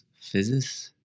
physics